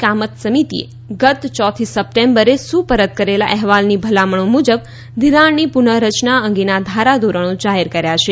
કામથ સમિતિએ ગત ચોથી સપ્ટેમ્બરે સુપરત કરેલા અહેવાલની ભલામણો મુજબ ઘિરાણની પુનઃ રચના અંગેના ધારા ધોરણો જાહેર કર્યા છે